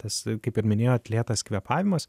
tas kaip ir minėjot lėtas kvėpavimas